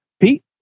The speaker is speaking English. Pete